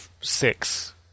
six